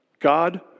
God